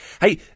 Hey